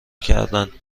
کردندمن